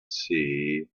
see